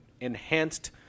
enhanced